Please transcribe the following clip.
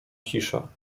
cisza